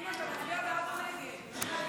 ניוד מידע רפואי (תיקון,